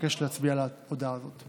אבקש להצביע על ההודעה הזאת.